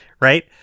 right